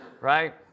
Right